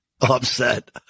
Upset